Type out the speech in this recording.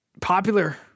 popular